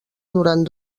durant